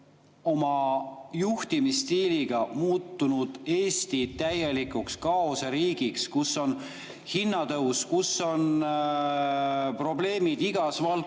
oma juhtimisstiiliga muutnud Eesti täielikuks kaoseriigiks, kus on hinnatõus, kus on probleemid igas